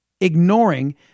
Ignoring